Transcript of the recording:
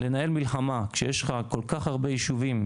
לנהל מלחמה כשיש לך כל כך הרבה יישובים,